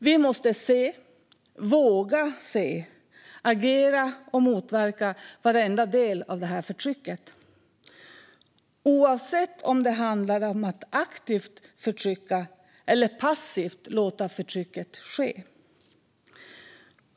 Vi måste se - våga se - agera och motverka varenda del av detta förtryck, oavsett om det handlar om att aktivt förtrycka eller att passivt låta förtrycket ske.